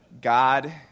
God